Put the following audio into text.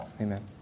Amen